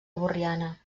borriana